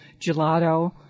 gelato